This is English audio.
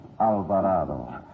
Alvarado